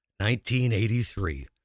1983